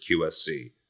QSC